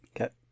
okay